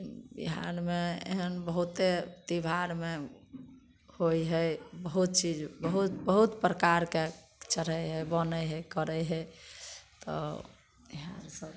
बिहारमे एहन बहुते त्यौहारमे होइ है बहुत चीज बहुत बहुत प्रकारके चढ़ैत है बनै है करै है तऽ ईहए सब